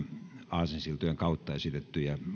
aasinsiltojen kautta esitettyjä